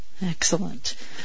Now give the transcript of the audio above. Excellent